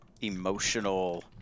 emotional